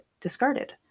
discarded